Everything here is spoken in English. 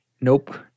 Nope